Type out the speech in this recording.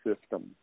system